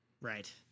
Right